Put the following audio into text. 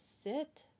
sit